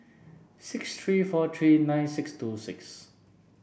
six three four three nine six two six